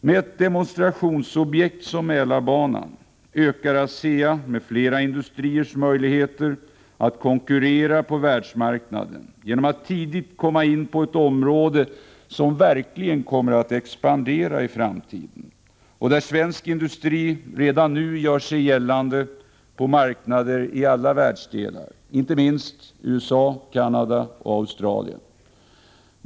Med ett demonstrationsobjekt som Mälarbanan ökar ASEA:s m.fl. industrier möjligheter att konkurrera på världsmarknaden genom att tidigt komma in på ett område som verkligen kommer att expandera i framtiden och där svensk industri redan nu gör sig gällande på marknader i alla världsdelar, inte minst i USA, Canada och Australien.